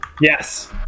Yes